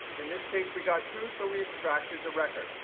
in this case, we got true, so we extracted the record.